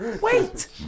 wait